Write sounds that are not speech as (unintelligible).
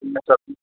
(unintelligible)